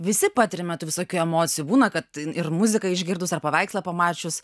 visi patiriame tų visokių emocijų būna kad ir muziką išgirdus ar paveikslą pamačius